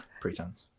pretense